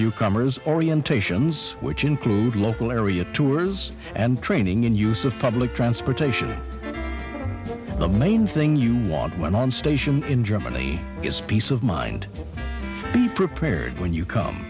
newcomers orientations which include local area tours and training and use of public transportation is the main thing you want when on station in germany is peace of mind be prepared when you come